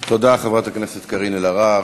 תודה, חברת הכנסת קארין אלהרר.